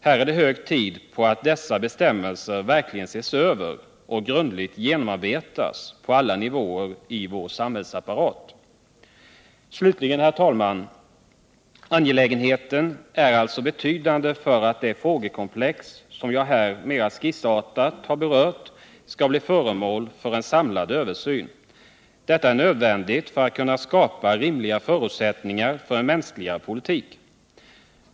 Här är det hög tid att dessa bestämmelser verkligen ses över och grundligt genomarbetas på alla nivåer i vår samhällsapparat. Slutligen, herr talman, vill jag säga att det alltså är mycket angeläget att det frågekomplex som jag här mera skissartat har berört blir föremål för en samlad översyn. Detta är nödvändigt för att kunna skapa rimliga förutsättningar för en mänskligare politik.